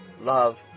love